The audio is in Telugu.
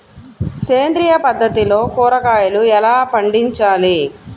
సేంద్రియ పద్ధతిలో కూరగాయలు ఎలా పండించాలి?